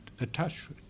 attached